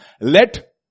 Let